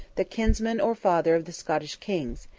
the kinsman or father of the scottish kings,